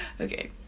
Okay